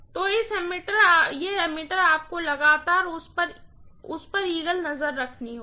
तो इस एमीटर आपको लगातार उस पर ईगल नजर रखनी होगी